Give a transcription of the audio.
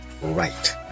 right